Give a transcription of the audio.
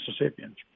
Mississippians